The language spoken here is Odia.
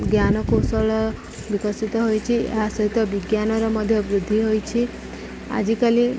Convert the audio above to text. ଜ୍ଞାନ କୌଶଳ ବିକଶିତ ହୋଇଛି ଏହା ସହିତ ବିଜ୍ଞାନର ମଧ୍ୟ ବୃଦ୍ଧି ହୋଇଛି ଆଜିକାଲି